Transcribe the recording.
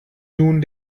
nun